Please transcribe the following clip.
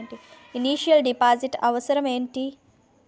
Initial deposit అవసరం ఏమిటి?